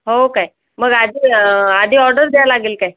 हो काय मग आधी आधी ऑर्डर द्यावी लागेल काय